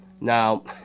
Now